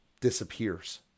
disappears